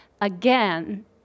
Again